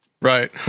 Right